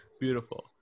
beautiful